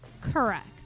Correct